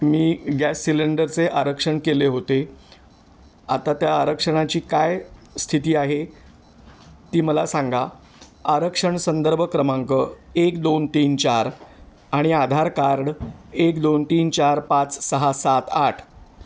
मी gas सिलेंडरचे आरक्षण केले होते आता त्या आरक्षणाची काय स्थिती आहे ती मला सांगा आरक्षण संदर्भ क्रमांक एक दोन तीन चार आणि आधार कार्ड एक दोन तीन चार पाच सहा सात आठ